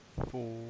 Four